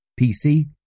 PC